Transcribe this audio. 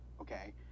okay